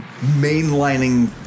mainlining